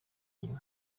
nyuma